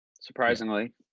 surprisingly